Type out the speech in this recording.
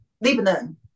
Lebanon